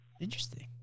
Interesting